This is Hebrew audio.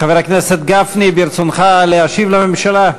חבר הכנסת גפני, ברצונך להשיב לממשלה?